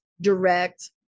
direct